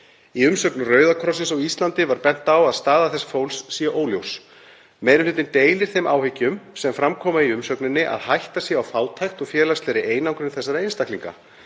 Í umsögn Rauða krossins á Íslandi var bent á að staða þess fólks sé óljós. Meiri hlutinn deilir þeim áhyggjum sem fram koma í umsögninni að hætta sé á fátækt og félagslegri einangrun þessara einstaklinga.